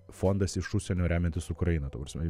fondas iš užsienio remiantis ukrainą ta prasme